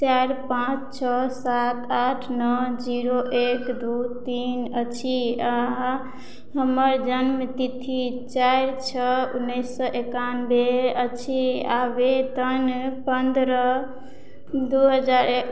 चारि पाँच छओ सात आठ नओ जीरो एक दू तीन अछि आ हमर जन्म तिथि चारि छओ उन्नीस सए एकानबे अछि आवेदन पन्द्रह दू हजार